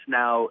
now